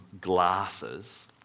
glasses